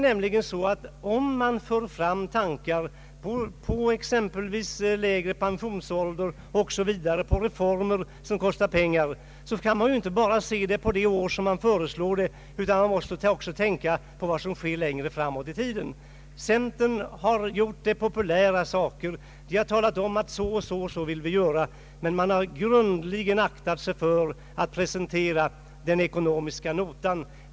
Om man för fram tankar på lägre pensionsålder och andra reformer som kostar pengar, kan man inte bara se på det år då man föreslår reformen, utan man måste också tänka på vad som sker längre fram i tiden. Centern har fört fram populära saker och talat om att så och så vill man göra, men man har noga aktat sig för att presentera den ekonomiska notan.